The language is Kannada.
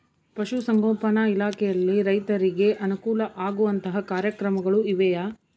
ಪಶುಸಂಗೋಪನಾ ಇಲಾಖೆಯಲ್ಲಿ ರೈತರಿಗೆ ಅನುಕೂಲ ಆಗುವಂತಹ ಕಾರ್ಯಕ್ರಮಗಳು ಇವೆಯಾ?